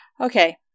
Okay